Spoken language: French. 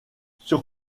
sur